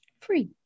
free